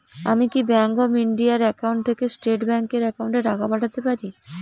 আমি কি bank of India এর একাউন্ট থেকে স্টেট ব্যাংক এর একাউন্টে টাকা পাঠাতে পারি?